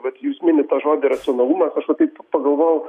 vad jūs minit tą žodį racionalumas aš va taip pagalvojau